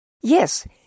Yes